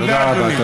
תודה רבה.